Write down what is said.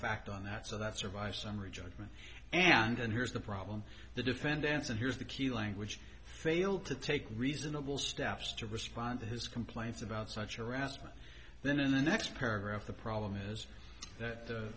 fact on that so that survives summary judgment and here's the problem the defendants and here's the key language fail to take reasonable steps to respond to his complaints about such arrest then in the next paragraph the problem is that